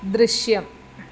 ദൃശ്യം